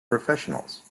professionals